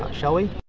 shall we?